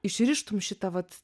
išrištum šitą vat